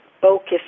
focus